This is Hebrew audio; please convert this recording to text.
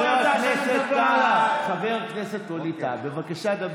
איך הוא ידע שאני מדבר